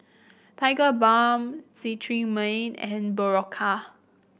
Tigerbalm Cetrimide and Berocca